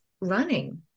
running